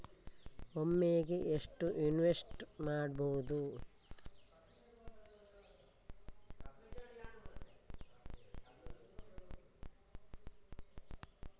ಒಮ್ಮೆಗೆ ಎಷ್ಟು ಇನ್ವೆಸ್ಟ್ ಮಾಡ್ಬೊದು?